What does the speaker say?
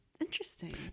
interesting